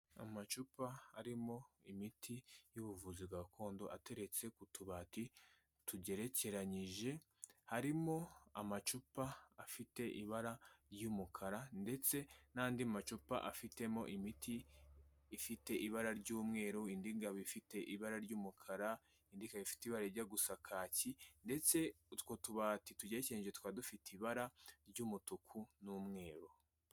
Amacupa arimo imiti y'ubuvuzi gakondo ateretse ku tubati tugerekeranyije, harimo amacupa afite ibara ry'umukara ndetse n'andi macupa afitemo imiti ifite ibara ry'umweru, indi ikaba ifite ibara ry'umukara, indi ikaba ifite ibara rijya gusa kaki, ndetse utwo tubati tugerekeranyije tukaba dufite ibara ry'umutuku n'umweru.